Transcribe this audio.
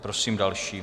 Prosím další.